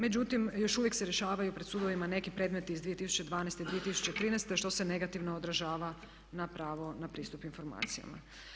Međutim, još uvijek se rješavaju pred sudovima neki predmeti iz 2012. i 2013. što se negativno održava na pravo na pristup informacijama.